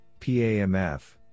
PAMF